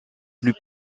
plus